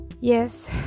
yes